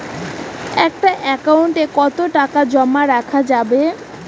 একটা একাউন্ট এ কতো টাকা জমা করা যাবে?